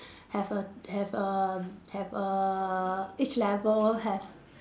have a have a have a each level have